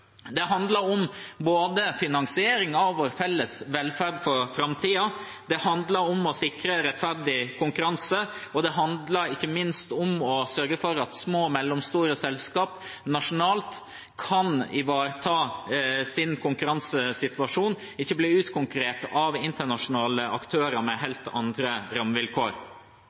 Det handler om finansiering av vår felles velferd for framtiden, det handler om å sikre en rettferdig konkurranse, og det handler ikke minst om å sørge for at små og mellomstore selskaper kan ivareta sin konkurransesituasjon nasjonalt – og ikke bli utkonkurrert av internasjonale aktører med helt andre rammevilkår.